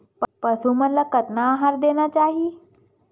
पशु मन ला कतना आहार देना चाही?